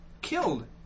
killed